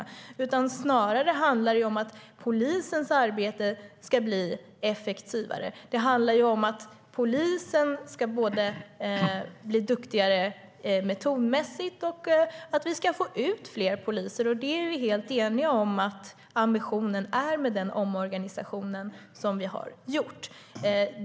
Det handlar snarare om att polisens arbete ska bli effektivare. Det handlar om att polisen ska bli duktigare metodmässigt och att vi ska få ut fler poliser. Vi är helt eniga om att det är ambitionen med den omorganisation som vi har gjort.